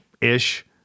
ish